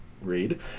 read